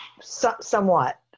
somewhat